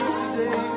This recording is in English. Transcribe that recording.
today